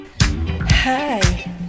Hi